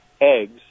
eggs